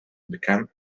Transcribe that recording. become